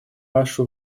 ваше